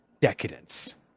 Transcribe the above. decadence